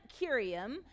curium